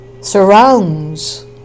surrounds